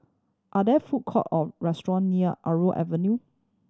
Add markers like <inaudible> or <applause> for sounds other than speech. are there food court or restaurant near <unintelligible> Avenue